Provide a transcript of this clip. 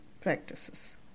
practices